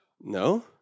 no